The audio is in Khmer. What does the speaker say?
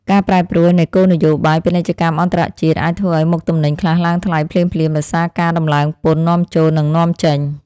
ការប្រែប្រួលនៃគោលនយោបាយពាណិជ្ជកម្មអន្តរជាតិអាចធ្វើឱ្យមុខទំនិញខ្លះឡើងថ្លៃភ្លាមៗដោយសារការដំឡើងពន្ធនាំចូលនិងនាំចេញ។